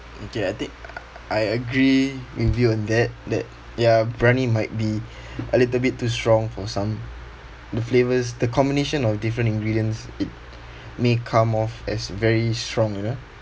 okay I think I agree with you on that that ya briyani might be a little bit too strong for some the flavours the combination of different ingredients it may come off as very strong you know